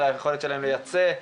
על היכולת שלהם לייצא.